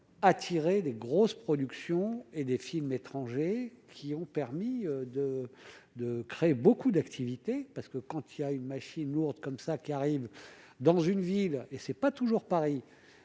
attiré des grosses productions et des films étrangers, qui ont permis de de créer beaucoup d'activités, parce que quand il y a une machine lourde comme ça qui arrive dans une ville et c'est pas toujours pareil,